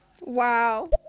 Wow